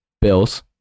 Bills